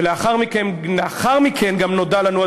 ולאחר מכן נודע לנו,